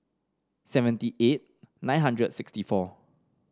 seventy eight nine hundred and sixty four